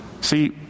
See